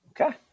Okay